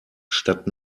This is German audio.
statt